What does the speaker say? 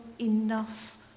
enough